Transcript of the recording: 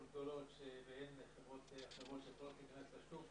גדולות ושאין חברות אחרות שיכולות להיכנס לשוק,